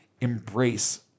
embrace